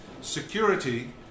Security